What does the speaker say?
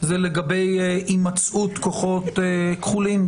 זה לגבי המצאות כוחות כחולים,